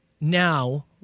now